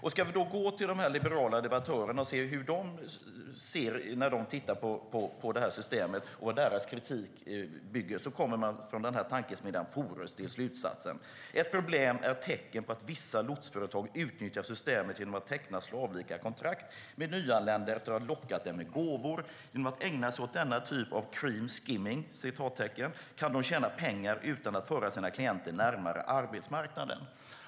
Vi kan gå till de liberala debattörerna och se hur de tittar på systemet och vad deras kritik bygger på. Från tankesmedjan Fores kommer man till slutsatsen: "Ett annat problem är tecknen på att vissa lotsföretag utnyttjar systemet genom att teckna slavlika kontrakt med nyanlända efter att ha lockat dem med gåvor. Genom att ägna sig åt denna typ av 'cream skimming' kan de tjäna pengar utan att föra sina klienter närmare arbetsmarknaden."